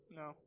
no